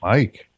Mike